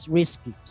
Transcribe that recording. risky